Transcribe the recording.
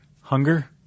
Hunger